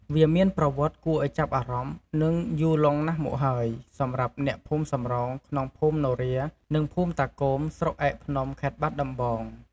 វាមានប្រវត្តិគួរឱ្យចាប់អារម្មណ៍ និងយូរលង់ណាស់មកហើយ សម្រាប់អ្នកភូមិសំរោងក្នុង ភូមិនរា និងភូមិតាគោម ស្រុកឯកភ្នំ ខេត្តបាត់ដំបង។